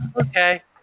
Okay